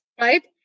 right